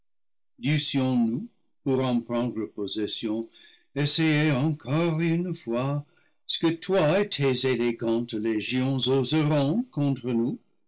pour en prendre posses sion essayer encore une fois ce que loi et tes élégantes légions oseront contre nous